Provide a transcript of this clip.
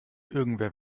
irgendwer